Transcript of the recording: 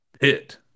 Hit